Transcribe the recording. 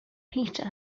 peter